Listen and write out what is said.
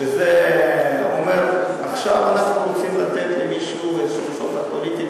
שזה אומר: עכשיו אנחנו רוצים לתת למישהו איזשהו שוחד פוליטי,